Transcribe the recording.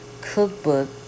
cookbook